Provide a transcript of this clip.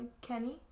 Kenny